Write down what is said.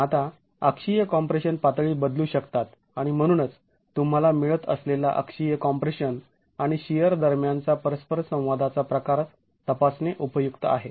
आता अक्षीय कॉम्प्रेशन पातळी बदलू शकतात आणि म्हणूनच तुम्हाला मिळत असलेला अक्षीय कॉम्प्रेशन आणि शिअर दरम्यानचा परस्पर संवादाचा प्रकार तपासणे उपयुक्त आहे